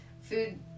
food